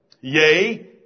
Yea